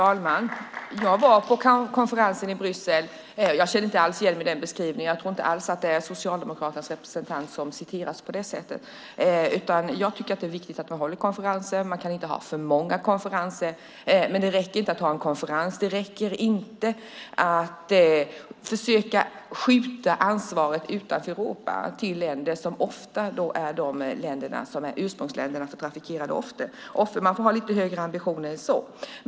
Herr talman! Jag var på konferensen i Bryssel. Jag känner inte alls igen mig i beskrivningen. Jag tror inte alls att det är Socialdemokraternas representant som återges på det sättet. Jag tycker att det är viktigt att man håller konferenser, men man kan inte ha för många konferenser. Att ha en konferens räcker inte. Det räcker inte att försöka skjuta ansvaret utanför Europa till de länder som ofta är ursprungsländer för dem som är offer för trafficking. Man ska ha lite högre ambitioner än så.